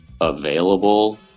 available